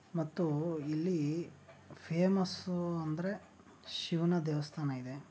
ಮತ್ತು ಇಲ್ಲಿ ಫೇಮಸ್ಸು ಅಂದರೆ ಶಿವನ ದೇವಸ್ಥಾನ ಇದೆ